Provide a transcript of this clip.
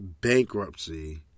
bankruptcy